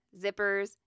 zippers